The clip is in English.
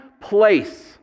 place